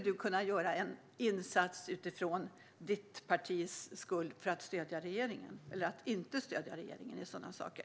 Du och ditt parti skulle kunna göra en insats genom att inte stödja regeringen i sådana frågor.